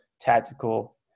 tactical